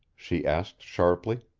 she asked sharply.